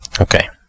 Okay